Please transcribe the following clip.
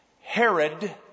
Herod